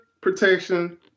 protection